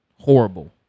horrible